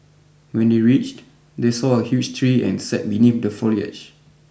when they reached they saw a huge tree and sat beneath the foliage